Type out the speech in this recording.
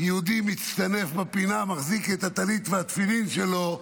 יהודי מצטנף בפינה, מחזיק את הטלית והתפילין שלו,